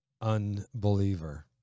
unbeliever